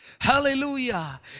Hallelujah